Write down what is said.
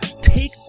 take